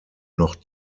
noch